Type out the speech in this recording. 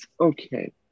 okay